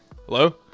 Hello